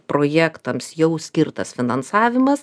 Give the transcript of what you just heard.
projektams jau skirtas finansavimas